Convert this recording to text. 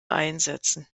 einsätzen